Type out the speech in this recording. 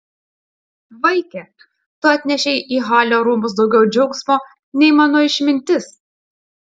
vaike tu atnešei į halio rūmus daugiau džiaugsmo nei mano išmintis